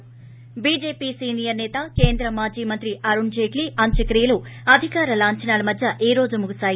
ి BJP senior సేత కేంద్ర మాజీ మంత్రి అరుణ్ జెట్లీ అంత్యక్రియలు అధికార లాంఛనాల మధ్య ఈ రోజు ముగిశాయి